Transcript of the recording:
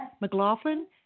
McLaughlin